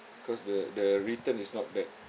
cause the the return is not bad